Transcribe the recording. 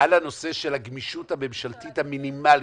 על הנושא של הגמישות הממשלתית המינימלית.